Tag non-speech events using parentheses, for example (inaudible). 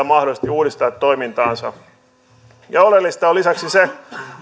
(unintelligible) mahdollisesti uudistaa toimintaansa oleellista on lisäksi se